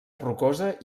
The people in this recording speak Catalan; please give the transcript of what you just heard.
rocosa